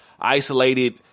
isolated